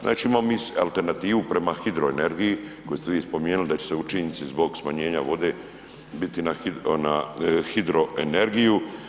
Znači, imamo mi alternativu prema hidroenergiji koju ste vi spomenuli da će se učinci zbog smanjenja vode biti na hidroenergiju.